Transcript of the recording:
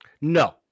No